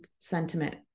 sentiment